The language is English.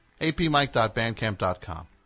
apmike.bandcamp.com